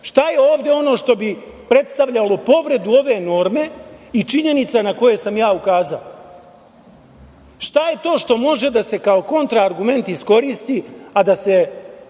Šta je ovde ono što bi predstavljalo povredu ove norme i činjenica na koje sam ukazao? Šta je to što može da se kao kontra argument iskoristi, a da se